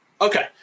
Okay